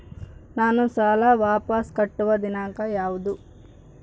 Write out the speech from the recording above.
ನಾನು ಸಾಲ ವಾಪಸ್ ಕಟ್ಟುವ ದಿನಾಂಕ ಯಾವುದು?